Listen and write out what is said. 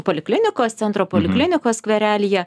poliklinikos centro poliklinikos skverelyje